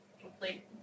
complete